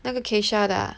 那个 Keisha 的啊